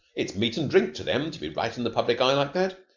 it's meat and drink to them to be right in the public eye like that.